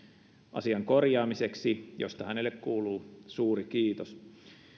asian korjaamiseksi mistä hänelle kuuluu suuri kiitos